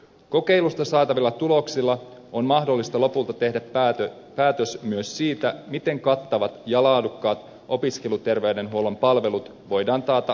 kokeilusta saatavien tulosten perusteella on mahdollista lopulta tehdä päätös myös siitä miten kattavat ja laadukkaat opiskeluterveydenhuollon palvelut voidaan taata ammattikorkeakouluopiskelijoille